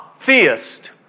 theist